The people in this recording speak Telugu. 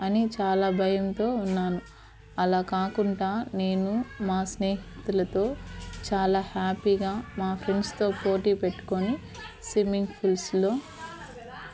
అని చాలా భయంతో ఉన్నాను అలా కాకుండా నేను మా స్నేహితులతో చాలా హ్యాపీగా మా ఫ్రెండ్స్తో పోటీ పెట్టుకోని స్విమ్మింగ్ ఫూల్స్లో